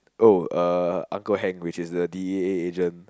oh uh Uncle Hank which is the d_e_a agent